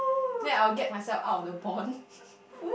then I'll get myself out of the bond